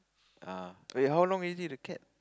ah wait how long already the cat